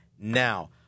now